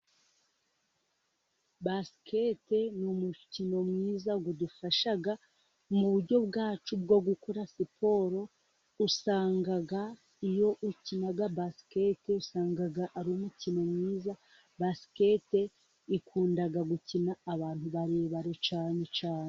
Basikete ni umukino mwiza, udufasha mu buryo bwacu bwo gukora siporo, usanga iyo ukina basikete usanga ari umukino mwiza, basikete ikunda gukina abantu barebare cyane cyane.